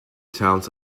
towns